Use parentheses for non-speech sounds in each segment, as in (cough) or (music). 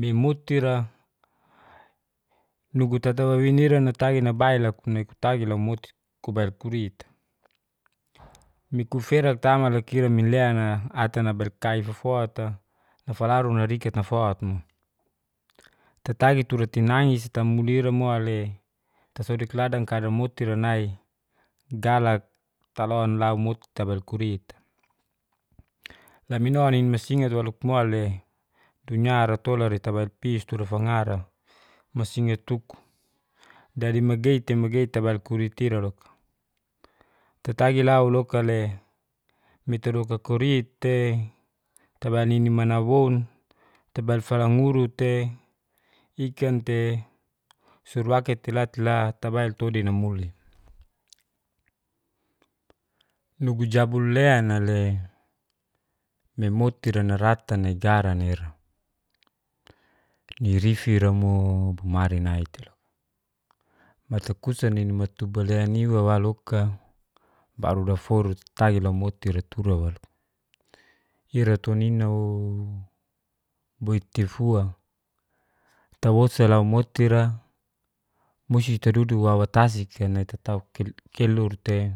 Nai moti ira, nugu tata wawini'ra natagi nabail aku nai kutagi la moti kubail kurit'. Mikufera tamak' ira minlea nai ata nai berkai fofota nafalaru nariket nafot mo. Tatagi tura tinais tamu ira mo le, tasodik ladang kadamotira nai galak talon la moti tabal kurit. Lamino nini masingat walo mo le tunya ratolari tabailpis tura fangara, masingatuk' dari magei'te magei tabail kurit'ira loka. Tatagi lau loka' le metadoka kurit'tei tabail nini manawoun tabail fala nguru tei, ikan tei, suruwaki'te la tei la tabail todinamuli. Nugu jabul le nai le, nai moti ira narata negara nai ira. Nirifi'ra mo bomari nai tei loka, matakusa nini matubaleaniwa wa loka baru daforu tatagi la moti ira tura walo. Ira to nina'o. boitifua tawosala moti ira musti tadudu wawa tasik (unintelligible) tatau kelur tei,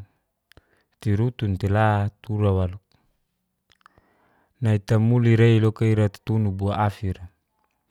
tirutun tei la tura wolu. Nai tamuli're loka ira tutunuk buafir'a.